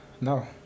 No